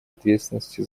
ответственности